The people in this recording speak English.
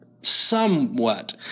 somewhat